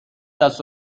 دست